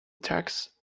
tax